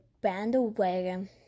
bandwagon